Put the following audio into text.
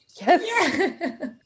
yes